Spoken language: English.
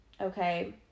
okay